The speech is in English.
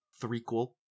threequel